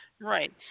Right